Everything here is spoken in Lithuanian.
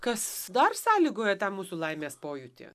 kas dar sąlygoja tą mūsų laimės pojūtį